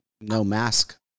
no-mask